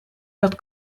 dat